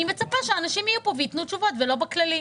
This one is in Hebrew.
מצפה שאנשים יהיו פה וייתנו תשובות ולא בכללי.